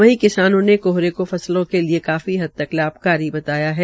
वही किसानों ने कोहरे को फसलों के लिये काफी हद तक लाभकारी बताया है